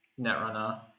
netrunner